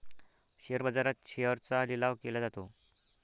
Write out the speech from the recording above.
share बाजारात शेअर्सचा लिलाव केला जातो